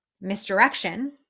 misdirection